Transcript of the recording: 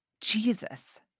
Jesus